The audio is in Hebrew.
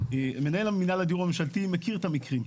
מנהל מינהל הדיור הממשלתי מכיר את המקרים.